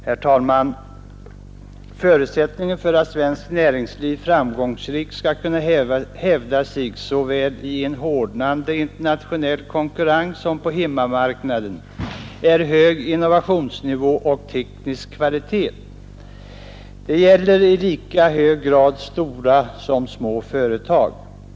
Herr talman! Förutsättningen för att svenskt näringsliv framgångsrikt Torsdagen den skall kunna hävda sig såväl i en hårdnande internationell konkurrens som 13 april 1972 på hemmamarknaden är hög innovationsnivå och teknisk kvalitet. Detta gäller i lika hög grad stora som små företag.